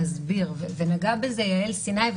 נגעה בזה יעל סיני.